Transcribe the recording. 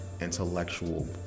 intellectual